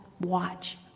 watch